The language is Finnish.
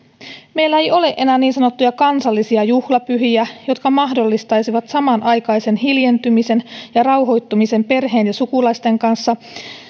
meillä ei ole enää niin sanottuja kansallisia juhlapyhiä jotka mahdollistaisivat samanaikaisen hiljentymisen ja rauhoittumisen perheen ja sukulaisten kanssa